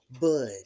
bud